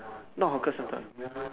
no hawker center